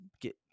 get